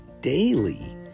daily